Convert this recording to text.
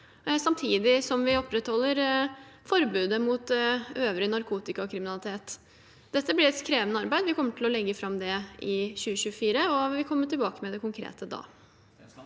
samtidig som vi opprettholder forbudet mot øvrig narkotikakriminalitet. Dette blir et krevende arbeid. Vi kommer til å legge det fram i 2024, og vi vil komme tilbake med det konkrete da.